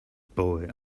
boy